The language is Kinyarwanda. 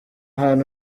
hantu